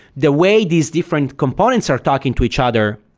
the way these different components are talking to each other,